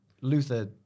Luther